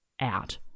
out